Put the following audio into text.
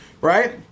Right